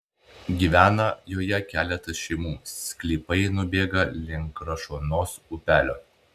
gyvena joje keletas šeimų sklypai nubėga link krašuonos upelio